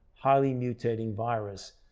highly-mutating virus,